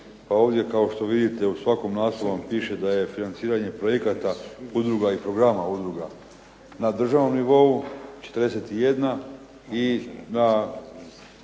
Pa ovdje kao što vidite u svakom naslovu piše da je financiranje projekata, udruga i programa udruga na državnom nivou 41 i na